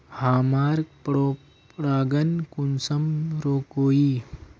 हमार पोरपरागण कुंसम रोकीई?